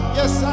yes